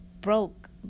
broke